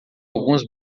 alguns